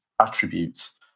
attributes